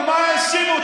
על מה האשימו אותו?